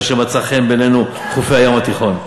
כי מצאו חן בעינינו חופי הים התיכון.